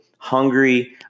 hungry